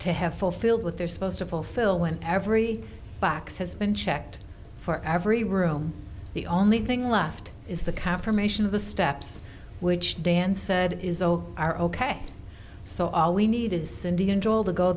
to have fulfilled what they're supposed to fulfill when every box has been checked for every room the only thing left is the confirmation of the steps which dan said is all are ok so all we need is cindy